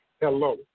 hello